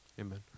Amen